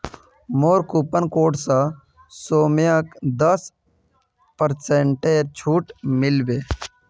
मोर coupon code स सौम्यक दस पेरसेंटेर छूट मिल बे